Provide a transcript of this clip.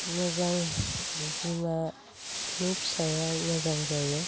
मोजां बिमानि फिसाया मोजां जायो